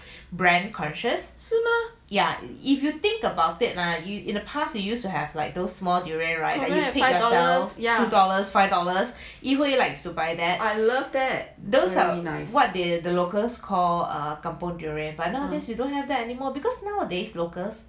是吗 correct two dollars five dollars I love that